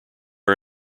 are